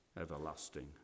Everlasting